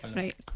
right